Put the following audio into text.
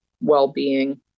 well-being